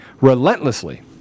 relentlessly